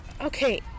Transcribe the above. Okay